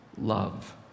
love